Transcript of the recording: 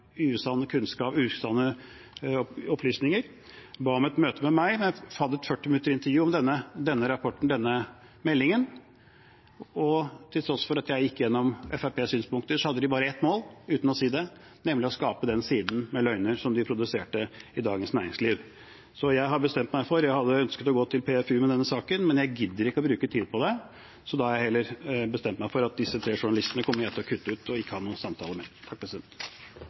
usanne opplysninger ba om et møte med meg. Vi hadde et 40 minutters intervju om denne meldingen, og til tross for at jeg gikk gjennom Fremskrittspartiets synspunkter, hadde de bare ett mål – uten å si det – nemlig å skape den siden med løgner som de produserte i Dagens Næringsliv. Jeg hadde ønsket å gå til PFU med denne saken, men jeg gidder ikke å bruke tid på det, så jeg har heller bestemt meg for at disse tre journalistene kommer jeg til å kutte ut og ikke ha noen samtaler med.